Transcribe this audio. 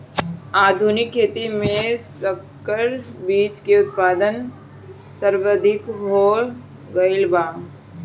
आधुनिक खेती में संकर बीज के उत्पादन सर्वाधिक हो गईल बा